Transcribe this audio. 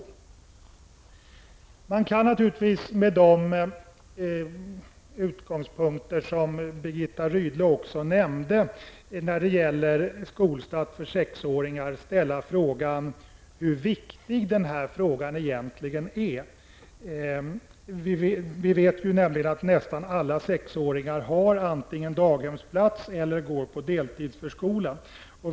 Man kan naturligtvis med de utgångspunkter som Birgitta Rydle nämnde när det gäller skolstart för sexåringar ställa frågan hur viktig denna fråga egentligen är. Vi vet nämligen att nästan alla sexåringar antingen har daghemsplats eller går i deltidsförskola.